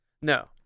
no